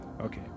okay